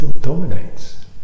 dominates